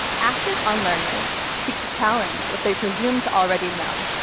active unlearners seek to challenge what they presume to already know,